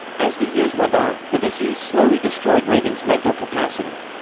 as the years went on, the disease slowly destroyed reagan's mental capacity.